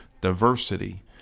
diversity